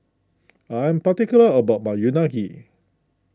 I am particular about my Unagi